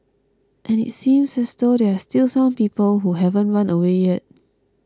and it seems as though there are still some people who haven't run away yet